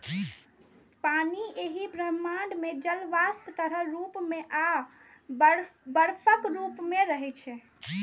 पानि एहि ब्रह्मांड मे जल वाष्प, तरल रूप मे आ बर्फक रूप मे रहै छै